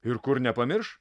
ir kur nepamirš